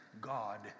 God